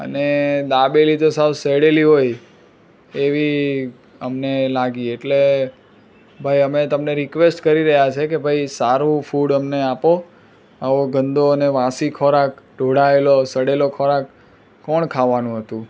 અને દાબેલી તો સાવ સડેલી હોય એવી અમને લાગી એટલે ભાઈ અમે તમને રિક્વેસ્ટ કરી રહ્યા છીએ કે ભાઈ સારું ફૂડ અમને આપો આવો ગંદો અને વાસી ખોરાક ઢોળાયેલો સડેલો ખોરાક કોણ ખાવાનું હતું